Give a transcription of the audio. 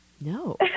No